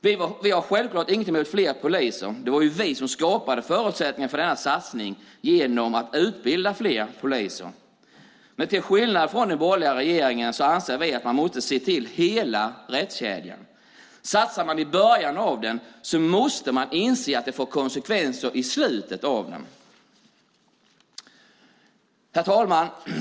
Vi har självkart inget emot fler poliser. Det var ju vi som skapade förutsättningar för denna satsning genom att utbilda fler poliser. Men till skillnad från den borgerliga regeringen anser vi att man måste se till hela rättskedjan. Satsar man i början av den måste man inse att det får konsekvenser i slutet av den.